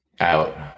out